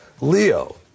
Leo